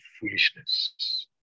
foolishness